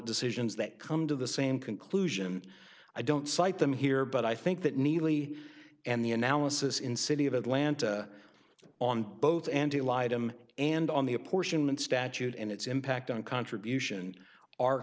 decisions that come to the same conclusion i don't cite them here but i think that neely and the analysis in city of atlanta on both and allied him and on the apportionment statute and its impact on contribution are